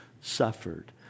suffered